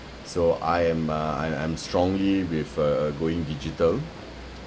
so I am uh I I'm strongly with uh going digital